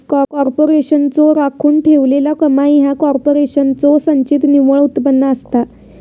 कॉर्पोरेशनचो राखून ठेवलेला कमाई ह्या कॉर्पोरेशनचो संचित निव्वळ उत्पन्न असता